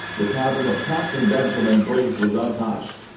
the cabin of capt. and benjamin briggs was untouched,